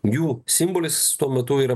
jų simbolis tuo metu yra